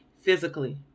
physically